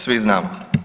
Svi znamo.